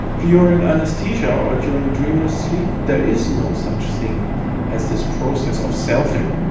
during anaesthesia or during dreamless sleep there is no such thing as this process of self-ing,